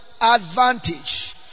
advantage